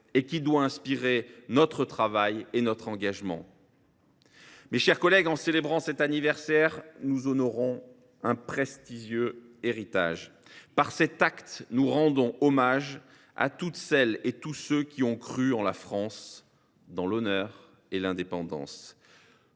qui doit inspirer notre travail et notre engagement. Mes chers collègues, en célébrant cet anniversaire, nous honorons un prestigieux héritage. Par cet acte, nous rendons hommage à toutes celles et à tous ceux qui ont cru en la France, dans l’honneur et l’indépendance.